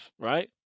right